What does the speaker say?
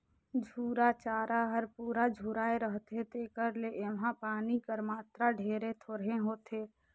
झूरा चारा हर पूरा झुराए रहथे तेकर ले एम्हां पानी कर मातरा ढेरे थोरहें होथे